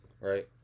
Right